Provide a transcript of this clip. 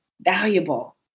valuable